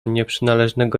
nieprzynależnego